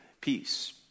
peace